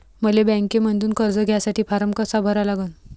मले बँकेमंधून कर्ज घ्यासाठी फारम कसा भरा लागन?